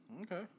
Okay